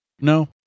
No